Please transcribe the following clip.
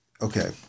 Okay